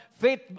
Faith